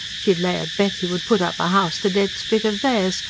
she'd lay a bet he would put up a house the dead spit of theirs.